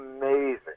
amazing